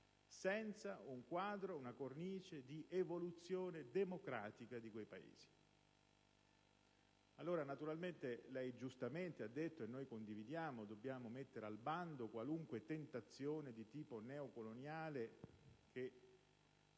senza un quadro, una cornice di evoluzione democratica di quei Paesi. Lei ha giustamente detto, e noi lo condividiamo, che dobbiamo mettere al bando qualunque tentazione di tipo neocoloniale, che